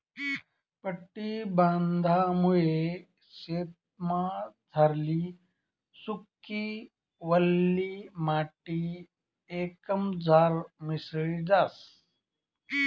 पट्टी बांधामुये शेतमझारली सुकी, वल्ली माटी एकमझार मिसळी जास